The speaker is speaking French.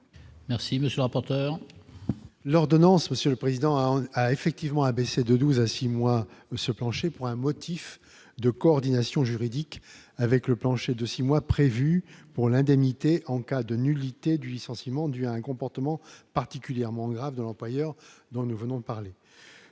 président a effectivement abaissé de 12 à 6 mois se pencher pour un motif de coordination juridique avec le plancher de 6 mois prévus pour l'indemnité en cas de nullité du licenciement du à un comportement particulièrement grave de l'employeur, dont nous venons de parler,